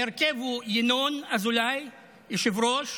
ההרכב הוא ינון אזולאי, יושב-ראש,